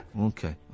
Okay